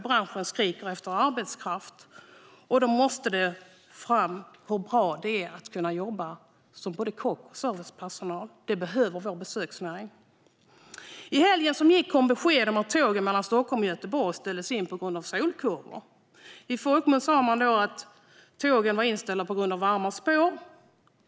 Branschen skriker efter arbetskraft, och då måste det komma fram hur bra det är att kunna jobba som både kock och servicepersonal. Det behöver vår besöksnäring. I helgen som gick kom besked om att tågen mellan Stockholm och Göteborg ställdes in på grund av solkurvor. I folkmun hette det att tågen var inställda på grund av varma spår.